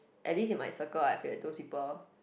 at least in my circle I have those people